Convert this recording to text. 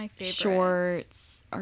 shorts